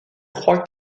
croix